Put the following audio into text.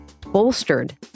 bolstered